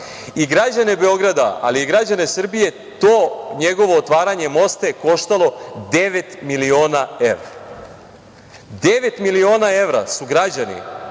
I građane Beograda, ali i građane Srbije to njegovo otvaranje mosta je koštalo devet miliona evra. Devet miliona evra su građani